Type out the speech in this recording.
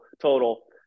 total